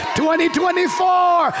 2024